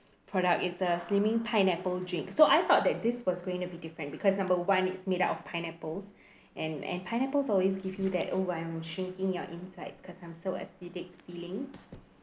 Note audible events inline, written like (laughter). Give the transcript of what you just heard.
product it's a slimming pineapple drink so I thought that this was going to be different because number one it's made up of pineapples (breath) and and pineapples always give you that oh I'm shrinking your inside cause I'm so acidic feeling